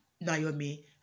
Naomi